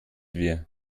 wir